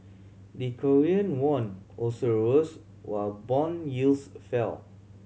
the Korean won also rose while bond yields fell